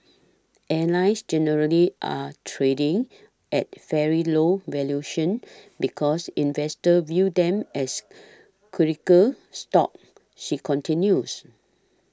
airlines generally are trading at fairly low valuations because investors view them as cyclical stocks she continues